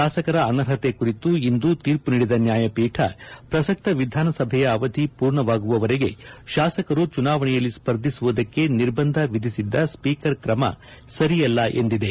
ಶಾಸಕರ ಅನರ್ಹತೆ ಕುರಿತು ಇಂದು ತೀರ್ಮ ನೀಡಿದ ನ್ಯಾಯಪೀಠ ಪ್ರಸಕ್ತ ವಿಧಾನಸಭೆಯ ಅವಧಿ ಪೂರ್ಣವಾಗುವವರೆಗೆ ಶಾಸಕರು ಚುನಾವಣೆಯಲ್ಲಿ ಸ್ಪರ್ಧಿಸುವುದಕ್ಕೆ ನಿರ್ಬಂಧ ವಿಧಿಸಿದ್ದ ಸ್ಪೀಕರ್ ಕ್ರಮ ಸರಿಯಲ್ಲ ಎಂದಿದೆ